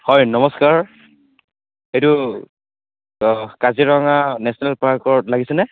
হয় নমস্কাৰ এইটো কাজিৰঙা নেচনেল পাৰ্কত লাগিছেনে